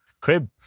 Crib